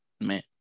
man